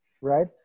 right